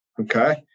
okay